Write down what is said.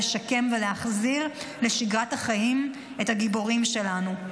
לשקם ולהחזיר לשגרת החיים את הגיבורים שלנו,